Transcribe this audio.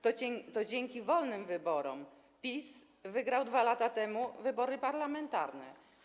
To dzięki wolnym wyborom PiS wygrał 2 lata temu wybory parlamentarne.